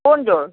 কোনযোৰ